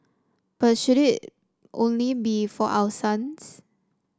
but should it only be for our sons